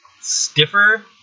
stiffer